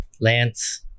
Lance